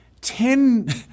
ten